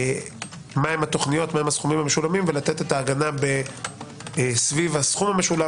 מהם התכניות והסכומים המשולמים ולתת את ההגנה סביב הסכום המשולם